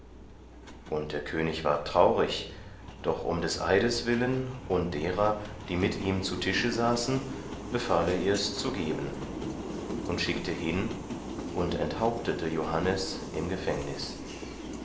und der könig ward traurig doch um des eides willen und derer die mit ihm zu tische saßen befahl er's ihr zu geben und schickte hin und enthauptete johannes im gefängnis